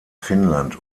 finnland